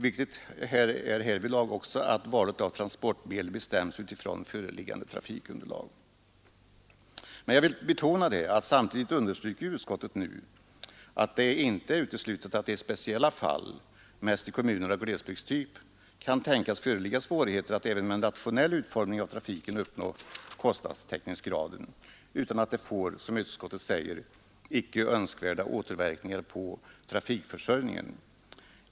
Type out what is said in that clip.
Viktigt är härvidlag också att valet av transportmedel bestäms utifrån föreliggande trafikunderlag. Jag vill emellertid samtidigt betona att utskottet understryker att det inte är uteslutet att det i speciella fall — mest i kommuner av glesbygdstyp — ”kan tänkas föreligga svårigheter att även med en rationell utformning av trafiken uppnå kostnadstäckningsgraden utan att det får”, som utskottet säger, ”icke önskvärda återverkningar på trafikförsörjningen.